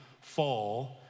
fall